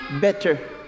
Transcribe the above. better